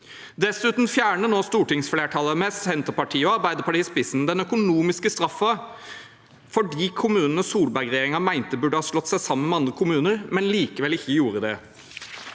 Dessuten fjerner nå stortingsflertallet, med Senterpartiet og Arbeiderpartiet i spissen, den økonomiske straffen for de kommunene Solberg-regjeringen mente burde ha slått seg sammen med andre kommuner, men likevel ikke gjorde det.